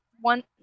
one